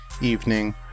evening